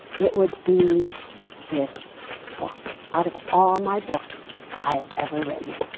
it would be this book. out of all my books i have ever written.